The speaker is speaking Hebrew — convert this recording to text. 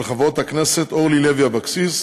מאת חברת הכנסת זהבה גלאון,